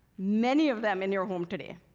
many of them in your home today.